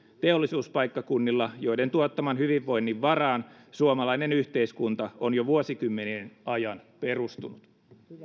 teollisuuspaikkakunnilla joiden tuottaman hyvinvoinnin varaan suomalainen yhteiskunta on jo vuosikymmenien ajan perustunut